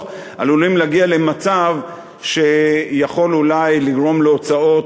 עלולים להגיע למצב שיכול אולי לגרום להוצאות